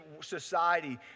society